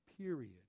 period